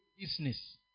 business